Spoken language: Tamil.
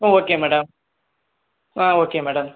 ம் ஓகே மேடம் ஆ ஓகே மேடம்